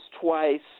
twice